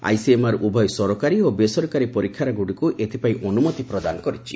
ICMR ଉଭୟ ସରକାରୀ ଓ ବେସରକାରୀ ପରୀକ୍ଷାଗାରଗୁଡ଼ିକୁ ଏଥିପାଇଁ ଅନୁମତି ପ୍ରଦାନ କରିଛି